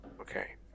Okay